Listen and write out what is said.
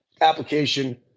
application